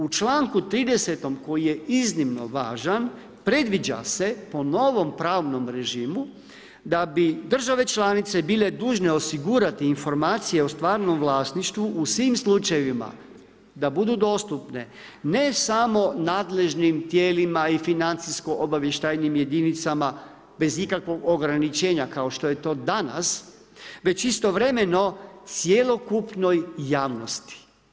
U članku 30.-tom koji je iznimno važan predviđa se po novom pravnom režimu da bi države članice bile dužne osigurati informacije o stvarnom vlasništvu o svim slučajevima da budu dostupne ne samo nadležnim tijelima i financijsko obavještajnim jedinicama bez ikakvog ograničenja kao što je to danas, već istovremeno cjelokupnoj javnosti.